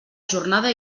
jornada